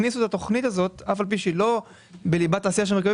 הכניסו את התוכנית הזאת על אף שהיא לא בליבת עשה של מרכיבי